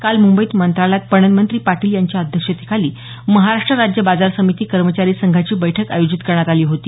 काल मुंबईत मंत्रालयात पणन मंत्री पाटील यांच्या अध्यक्षतेखाली महाराष्ट राज्य बाजार समिती कर्मचारी संघाची बैठक आयोजित करण्यात आली होती